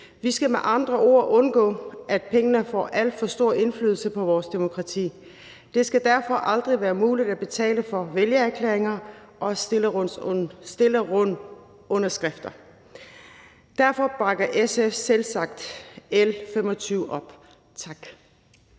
Vi skal med andre ord undgå, at pengene får alt for stor indflydelse på vores demokrati. Det skal derfor aldrig være muligt at betale for vælgererklæringer og stillerunderskrifter. Derfor bakker SF selvsagt op om